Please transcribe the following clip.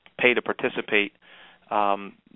pay-to-participate